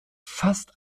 fast